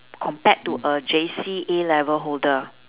compared to a J_C A-level holder